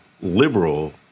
liberal